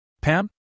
Pam